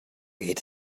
geht